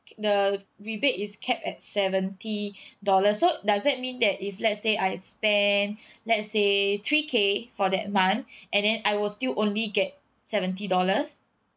the rebate is capped at seventy dollars so does that mean that if let's say I spend let's say three K for that month and then I will still only get seventy dollars